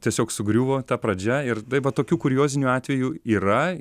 tiesiog sugriuvo ta pradžia ir tai va tokių kuriozinių atvejų yra